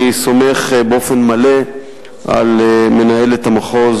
אני סומך באופן מלא על מנהלת המחוז,